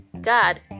God